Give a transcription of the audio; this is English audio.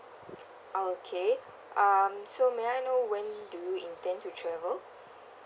okay um so may I know when do you intend to travel